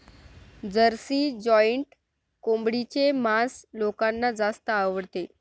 Jersey giant कोंबडीचे मांस लोकांना जास्त आवडते